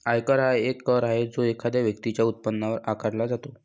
आयकर हा एक कर आहे जो एखाद्या व्यक्तीच्या उत्पन्नावर आकारला जातो